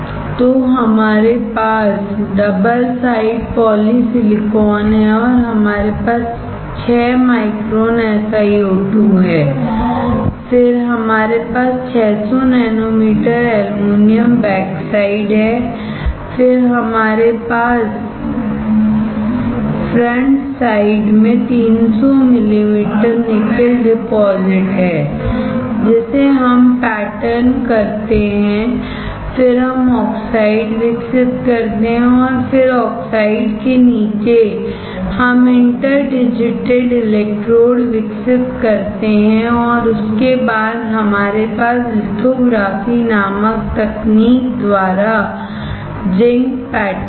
तो हमारे पास डबल साइड पॉलीसिलिकॉन है और हमारे पास 6 माइक्रोन SiO2 है फिर हमारे पास 600 नैनोमीटर एल्यूमीनियम बैकसाइड है फिर हमारे पास फ्रंट साइड में 300 मिमी निकेल डिपॉज़िट है जिसे हम पैटर्न करते हैं फिर हम ऑक्साइड विकसित करते हैं और फिर ऑक्साइड के नीचे हम इंटर डिजिटेड इलेक्ट्रोड विकसित करते हैं और उसके बाद हमारे पास लिथोग्राफी नामक तकनीक द्वारा जिंक पैटर्न है